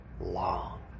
long